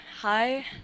Hi